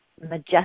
majestic